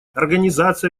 организация